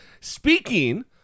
speaking